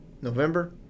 November